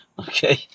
Okay